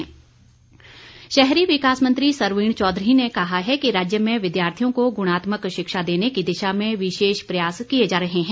सरवीण चौधरी शहरी विकास मंत्री सरवीण चौधरी ने कहा है कि राज्य में विद्यार्थियों को गुणात्मक शिक्षा देने की दिशा में विशेष प्रयास किए जा रहे हैं